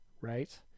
right